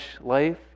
life